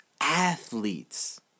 Athletes